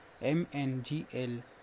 MNGL